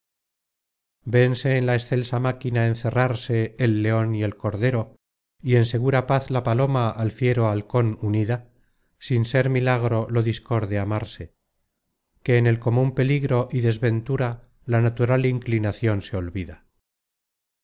vense en la excelsa máquina encerrarse el leon y el cordero y en segura paz la paloma al fiero halcon unida sin ser milagro lo discorde amarse que en el comun peligro y desventura la natural inclinacion se olvida